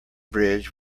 bridge